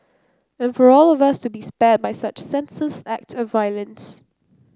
and for all of us to be spared by such senseless act of violence